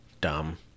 dumb